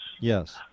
Yes